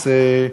מס,